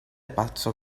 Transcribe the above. pazzo